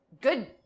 good